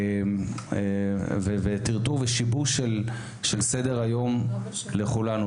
טרטור ושיבוש של סדר היום לכולנו,